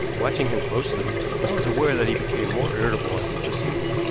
watching him closely, i was aware that he became more irritable as he proceeded.